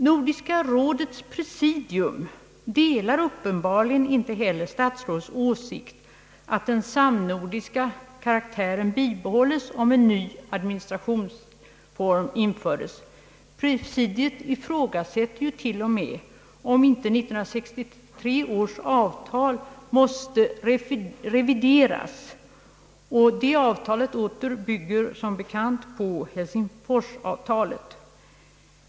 Nordiska rådets presidium «delar uppenbarligen inte heller statsrådets åsikt att den samnordiska karaktären bibehålles, om en ny administrationsform införes. Presidiet ifrågasätter till och med om inte 1963 års avtal måste revideras. Det avtalet bygger som bekant på Helsingforsavtalet.